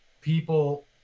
people